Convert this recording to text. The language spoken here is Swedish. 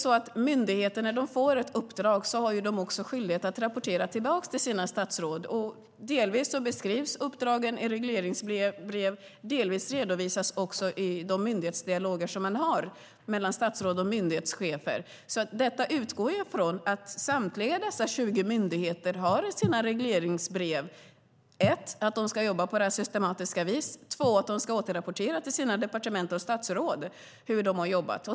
När myndigheter får ett uppdrag har de skyldighet att rapportera tillbaka till statsrådet, och delvis beskrivs uppdragen i regleringsbrev, delvis redovisas de i de myndighetsdialoger som man har mellan statsråd och myndighetschefer. Detta utgår från att samtliga dessa 20 myndigheter har i sina regleringsbrev att de ska jobba på detta systematiska vis och att de ska återrapportera till sina departement och statsråd hur de har jobbat.